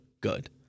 good